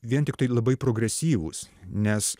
vien tiktai labai progresyvūs nes